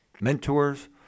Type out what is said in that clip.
mentors